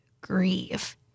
grieve